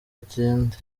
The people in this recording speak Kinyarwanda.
agende